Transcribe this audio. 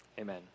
Amen